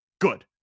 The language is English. Good